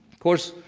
course,